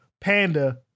Panda